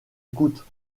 écoutent